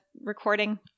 recording